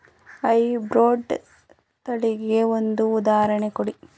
High breed ತಳಿಗೆ ಒಂದು ಉದಾಹರಣೆ ಕೊಡಿ?